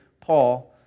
Paul